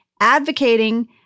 advocating